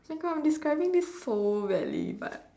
my God I'm describing this so badly but